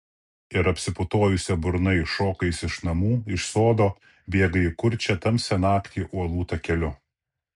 ir apsiputojusia burna iššoka jis iš namų iš sodo bėga į kurčią tamsią naktį uolų takeliu